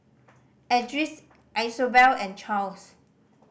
Edris Isobel and Charles